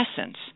essence